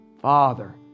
Father